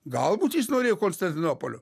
galbūt jis norėjo konstantinopolio